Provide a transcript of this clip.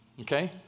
okay